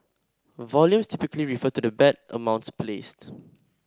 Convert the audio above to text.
volumes typically refer to the bet amounts placed